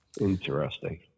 Interesting